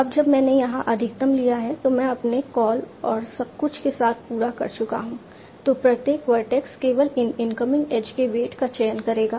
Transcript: अब जब मैंने यहां अधिकतम लिया है और मैं अपने कॉल और सब कुछ के साथ पूरा कर चुका हूं तो प्रत्येक वर्टेक्स केवल एक इनकमिंग एज के वेट का चयन करेगा